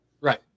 Right